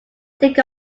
think